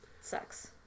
Sucks